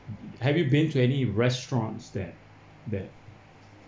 have you been to any restaurants that that